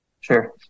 Sure